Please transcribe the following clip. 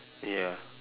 ya